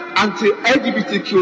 anti-LGBTQ